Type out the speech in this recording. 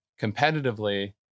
Competitively